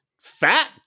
fat